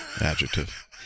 adjective